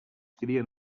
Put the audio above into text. crien